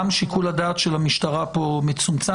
גם שיקול הדעת של המשטרה מצומצם,